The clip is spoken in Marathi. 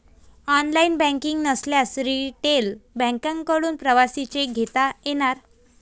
ऑनलाइन बँकिंग नसल्यास रिटेल बँकांकडून प्रवासी चेक घेता येणार